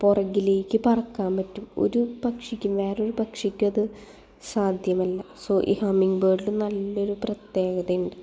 പുറകിലേക്ക് പറക്കാൻ പറ്റും ഒരു പക്ഷിക്കും വേറൊരു പക്ഷിക്കും അത് സാധ്യമല്ല സൊ ഈ ഹമ്മിംഗ് ബേർഡ് നല്ലൊരു പ്രത്യേകതയുണ്ട്